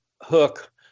hook